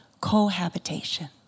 cohabitation